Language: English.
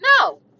No